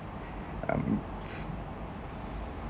um